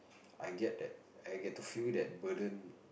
I get that I get to feel that burden